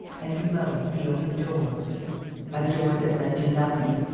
and below, the open door a door that led to nothing.